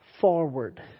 forward